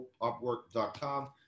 Upwork.com